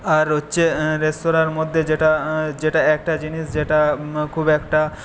আর হচ্ছে রেস্তোরাঁর মধ্যে যেটা যেটা একটা জিনিস যেটা খুব একটা